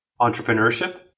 entrepreneurship